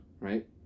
Right